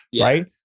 right